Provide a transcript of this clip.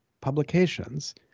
publications